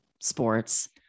sports